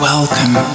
Welcome